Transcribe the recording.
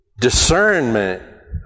discernment